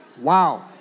Wow